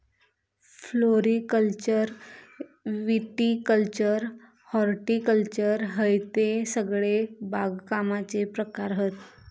floriculture viticulture horticulture हयते सगळे बागकामाचे प्रकार हत